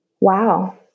Wow